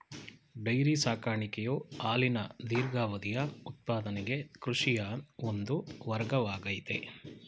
dairy ಸಾಕಾಣಿಕೆಯು ಹಾಲಿನ ದೀರ್ಘಾವಧಿಯ ಉತ್ಪಾದನೆಗೆ ಕೃಷಿಯ ಒಂದು ವರ್ಗವಾಗಯ್ತೆ